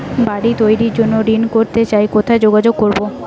বাড়ি তৈরির জন্য ঋণ করতে চাই কোথায় যোগাযোগ করবো?